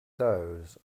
those